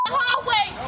hallway